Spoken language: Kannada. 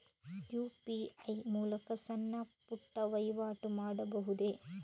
ಯು.ಪಿ.ಐ ಮೂಲಕ ಸಣ್ಣ ಪುಟ್ಟ ವಹಿವಾಟು ಮಾಡಬಹುದೇ?